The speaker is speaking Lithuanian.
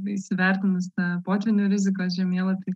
įsivertinus tą potvynio riziką žemėlapy